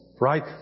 right